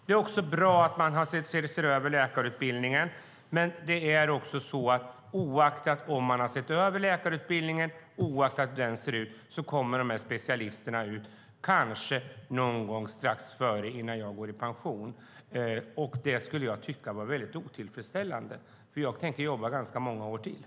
Det är också bra att man ser över läkarutbildningen. Men även om man ser över läkarutbildningen kommer de här specialisterna att vara klara någon gång strax innan jag går i pension, och jag skulle tycka att det var mycket otillfredsställande. Jag tänker jobba ganska många år till.